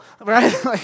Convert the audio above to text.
right